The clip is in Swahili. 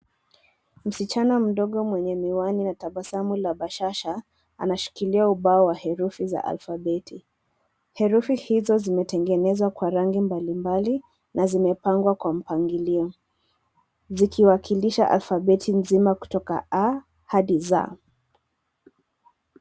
Msichana mdogo mwenye miwani na tabasamu la bashasha anashikilia ubao wa herufi za alfabeti. Herufi hizo zimetengenezwa kwa rangi mbalimbali zimepangwa kwa mpangilio, zikiwakilisha alfabeti mzima kutoka 'a' hadi 'z'.